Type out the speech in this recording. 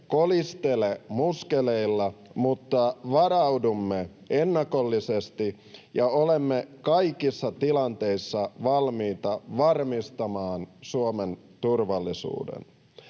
kolistele muskeleilla mutta varaudumme ennakollisesti ja olemme kaikissa tilanteissa valmiita varmistamaan Suomen turvallisuuden.